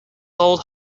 sold